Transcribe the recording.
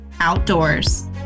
outdoors